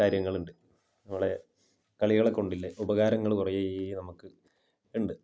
കാര്യങ്ങൾ ഉണ്ട് നമ്മളെ കളികളെ കൊണ്ടുള്ള ഉപകാരങ്ങൾ കുറേ നമുക്ക് ഉണ്ട്